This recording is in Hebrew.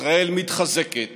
ישראל מתחזקת